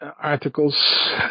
articles